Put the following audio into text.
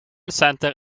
centre